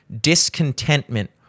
discontentment